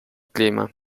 clima